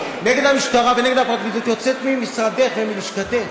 נגד המשטרה ונגד הפרקליטות יוצאת ממשרדך ומלשכתך.